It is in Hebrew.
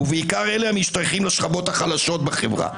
ובעיקר אלה המשתייכים לשכבות החלשות בחברה.